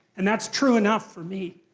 and that's true enough for me.